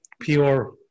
pure